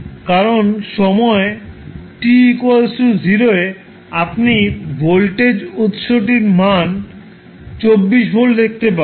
কারণ সময়ে t 0 এ আপনি ভোল্টেজ উত্সের মানটি 24 ভোল্ট দেখতে পাবেন